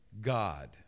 God